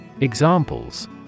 Examples